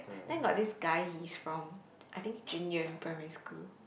then got this guy he's from I think junior primary school